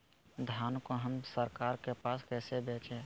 धान को हम सरकार के पास कैसे बेंचे?